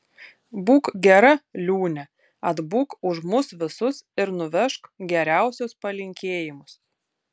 būk gera liūne atbūk už mus visus ir nuvežk geriausius palinkėjimus